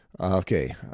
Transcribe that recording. Okay